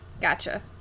Gotcha